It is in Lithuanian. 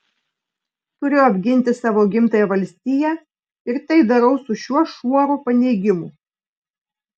turiu apginti savo gimtąją valstiją ir tai darau su šiuo šuoru paneigimų